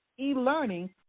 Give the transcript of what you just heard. e-learning